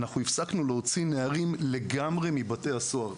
הפסקנו להוציא נערים לגמרי מבתי הסוהר.